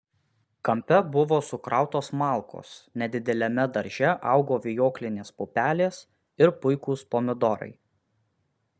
kampe buvo sukrautos malkos nedideliame darže augo vijoklinės pupelės ir puikūs pomidorai